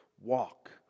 Walk